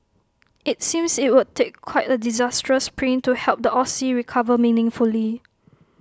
IT seems IT would take quite A disastrous print to help the Aussie recover meaningfully